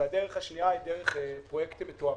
הדרך השנייה היא דרך פרוייקטים מתוערפים,